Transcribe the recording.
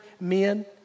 men